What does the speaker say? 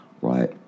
right